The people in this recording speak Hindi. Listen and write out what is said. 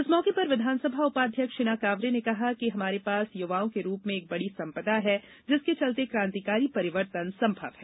इस मौके पर विधानसभा उपाध्यक्ष हिना कांवरे ने कहाकि हमारे पास युवाओं के रूप में एक बड़ी सम्पदा है जिसके चलते क्रांतिकारी परिवर्तन संभव है